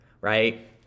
right